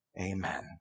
Amen